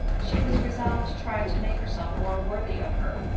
she was resolved to try to make herself more worthy of her,